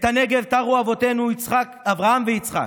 את הנגב תרו אבותינו אברהם ויצחק,